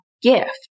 gift